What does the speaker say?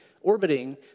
orbiting